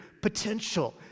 potential